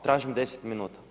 Tražim 10 minuta.